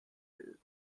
food